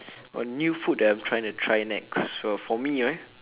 oh new food that I'm trying to try next well for me right